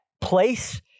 place